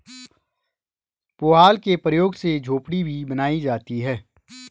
पुआल के प्रयोग से झोपड़ी भी बनाई जाती है